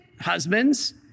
husbands